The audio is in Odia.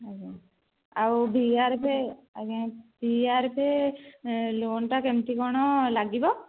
ଆଜ୍ଞା ଆଉ ଭି ଆର୍ ପି ଅଜ୍ଞା ଭି ଆର୍ ପି ଲୋନ୍ଟା କେମିତି କ'ଣ ଲାଗିବ